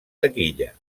taquilla